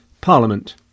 Parliament